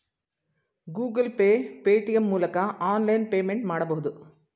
Google Pay, Paytm ಮೂಲಕ online payment ಮಾಡಬಹುದು